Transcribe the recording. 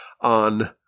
on